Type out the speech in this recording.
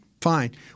Fine